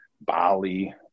Bali